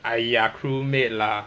!aiya! crew mate lah